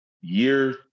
year